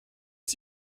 man